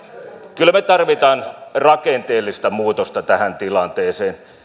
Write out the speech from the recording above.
kyllä me tarvitsemme rakenteellista muutosta tähän tilanteeseen